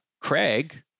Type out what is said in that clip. Craig